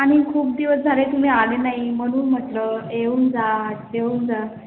आणि खूप दिवस झाले तुम्ही आले नाही म्हणून म्हटलं येऊन जा जेवून जा